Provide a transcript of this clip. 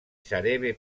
sarebbe